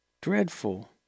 dreadful